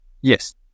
Yes